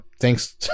thanks